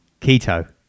Keto